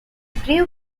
grew